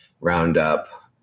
Roundup